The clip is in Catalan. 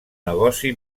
negoci